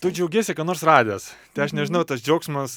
tu džiaugiesi ką nors radęs tai aš nežinau tas džiaugsmas